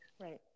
Right